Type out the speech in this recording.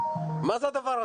מה זה הדבר הזה?